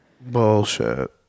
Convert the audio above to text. Bullshit